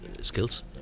skills